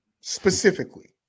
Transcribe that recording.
specifically